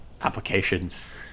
Applications